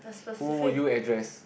who would you address